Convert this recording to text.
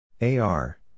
AR